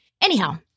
Anyhow